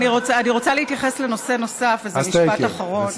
אני רוצה להתייחס לנושא נוסף, וזה משפט אחרון.